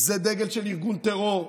זה דגל של ארגון טרור.